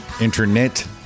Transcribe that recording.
internet